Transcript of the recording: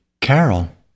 Carol